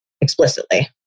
explicitly